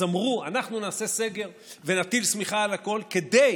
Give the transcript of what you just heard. אז אמרו: אנחנו נעשה סגר ונטיל שמיכה על הכול כדי